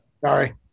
Sorry